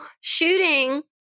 shooting